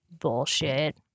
bullshit